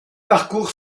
parcours